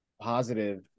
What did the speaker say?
positive